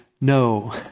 no